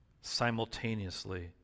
simultaneously